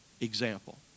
Example